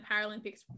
Paralympics